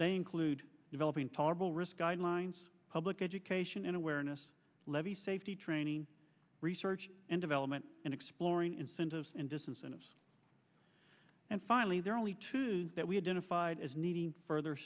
they include developing tolerable risk guidelines public education and awareness levy safety training research and development and exploring incentives and disincentives and finally there are only two that we had in a fide as needing further